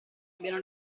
abbiano